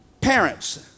parents